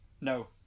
No